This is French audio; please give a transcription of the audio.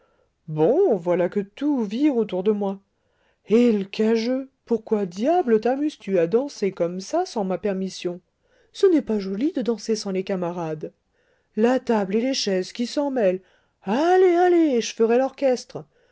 bon voilà que tout vire autour de moi eh l'cageux pourquoi diable tamuses tu à danser comme ça sans ma permission ce n'est pas joli de danser sans les camarades la table et les chaises qui s'en mêlent allez allez je ferai l'orchestre